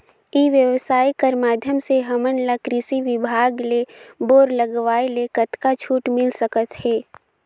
ई व्यवसाय कर माध्यम से हमन ला कृषि विभाग ले बोर लगवाए ले कतका छूट मिल सकत हे?